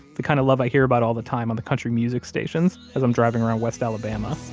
the kind of love i hear about all the time on the country music stations as i'm driving around west alabama